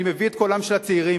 אני מביא את קולם של הצעירים,